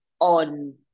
on